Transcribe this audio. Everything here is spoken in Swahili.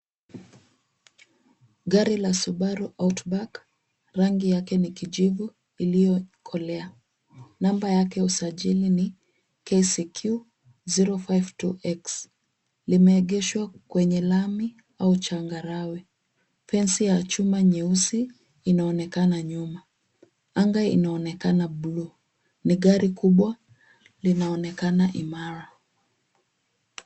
Gari la subaru outback , rangi yake ni kijivu iiyokolea, namba yake ya usajili ni KCQ O52X . Limeegeshwa kwenye lami au changarawe, fensi ya chuma nyeusi inaonekana nyuma. Anga inaonekana blue , ni gari kubwa, linaonekana imara.